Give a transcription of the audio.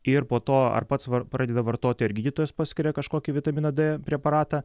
ir po to ar pats pradeda vartoti ar gydytojas paskiria kažkokį vitamino d preparatą